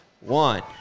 one